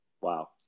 Wow